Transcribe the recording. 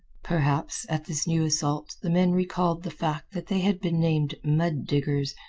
perhaps, at this new assault the men recalled the fact that they had been named mud diggers,